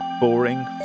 boring